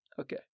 Okay